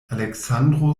aleksandro